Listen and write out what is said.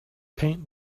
paint